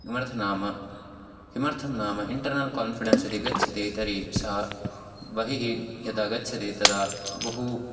किमर्थ नाम किमर्थं नाम इण्टर्नल् कान्फ़िडेन्स् यदि गच्छति तर्हि सः बहिः यदा गच्छति तदा बहु